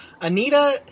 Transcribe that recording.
Anita